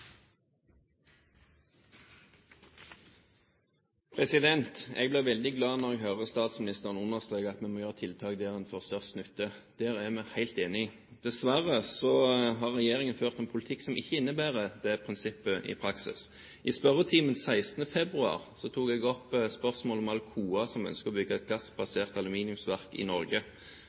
Jeg blir veldig glad når jeg hører statsministeren understreke at vi må sette inn tiltak der vi får største nytte. Det er jeg helt enig i. Dessverre har regjeringen ført en politikk som ikke innebærer det prinsippet i praksis. I spørretimen 16. februar tok jeg opp et spørsmål om Alcoa, som ønsker å bygge et gassbasert aluminiumsverk i Norge.